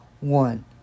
one